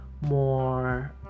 more